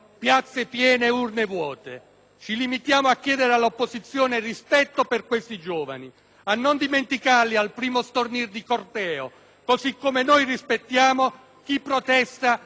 Ci limitiamo a chiedere all'opposizione il rispetto per questi giovani, a non dimenticarli al primo stornir di corteo, così come noi rispettiamo chi protesta entro i confini della legge.